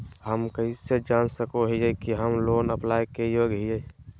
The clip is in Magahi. हम कइसे जान सको हियै कि हम लोन अप्लाई के योग्य हियै?